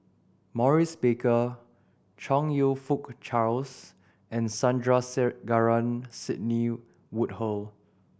Maurice Baker Chong You Fook Charles and Sandrasegaran Sidney Woodhull